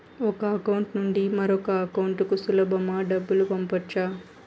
ఒక అకౌంట్ నుండి మరొక అకౌంట్ కు సులభమా డబ్బులు పంపొచ్చా